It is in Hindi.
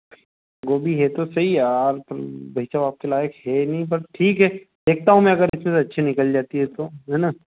गोभी है तो सही यार पर भाई साहब आपके लायक है नहीं बट ठीक है देखता हूँ मैं अगर अच्छे से अच्छे निकल जाती हैं तो है ना